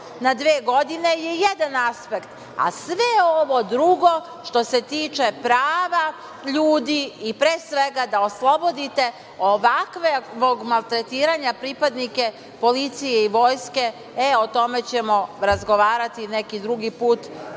na dve godine je jedan aspekt, a sve ovo drugo što se tiče prava ljudi i, pre svega, da oslobodite ovakvo maltretiranje pripadnika policije i vojske, e o tome ćemo razgovarati neki drugi put,